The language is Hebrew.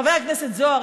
חבר הכנסת זוהר,